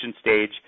stage